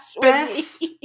Best